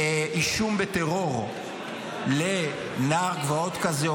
אישום בטרור לנער גבעות כזה,